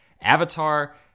Avatar